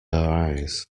eyes